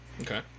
Okay